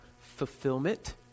fulfillment